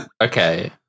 Okay